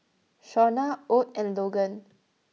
Shaunna Ott and Logan